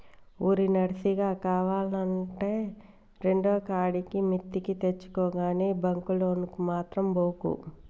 ఓరి నర్సిగా, కావాల్నంటే రెండుకాడికి మిత్తికి తెచ్చుకో గని బాంకు లోనుకు మాత్రం బోకు